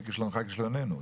וכישלונך כישלוננו,